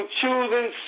choosing